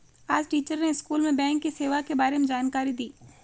आज टीचर ने स्कूल में बैंक की सेवा के बारे में जानकारी दी